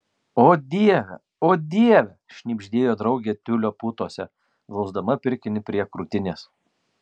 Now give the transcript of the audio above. o dieve o dieve šnibždėjo draugė tiulio putose glausdama pirkinį prie krūtinės